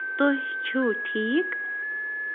تُہۍ چھِو ٹھیٖک